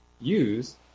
use